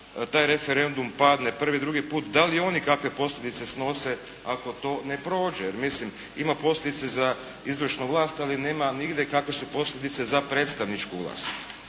taj referendum padne prvi, drugi put, da li oni kakve posljedice snose ako to ne prođe? Jer, mislim ima posljedice za izvršnu vlast, ali nema nigdje kakve su posljedice za predstavničku vlast.